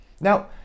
Now